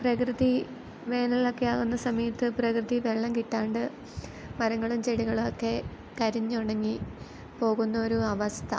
പ്രകൃതി വേനലൊക്കെ ആകുന്ന സമയത്ത് പ്രകൃതി വെള്ളം കിട്ടാണ്ട് മരങ്ങളും ചെടികളും ഒക്കേ കരിഞ്ഞുണങ്ങി പോകുന്ന ഒരു അവസ്ഥ